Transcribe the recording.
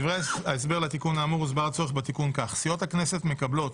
בדברי ההסבר לתיקון האמור הוסבר הצורך בתיקון כך: סיעות הכנסת מקבלות,